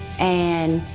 and